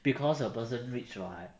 because the person rich [what]